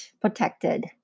protected